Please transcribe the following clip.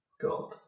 God